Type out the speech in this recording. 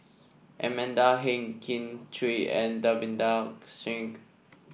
Amanda Heng Kin Chui and Davinder Singh